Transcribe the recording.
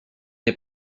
est